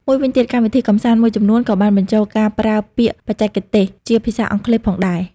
មួយវិញទៀត កម្មវិធីកម្សាន្តមួយចំនួនក៏បានបញ្ចូលការប្រើពាក្យបច្ចេកទេសជាភាសាអង់គ្លេសផងដែរ។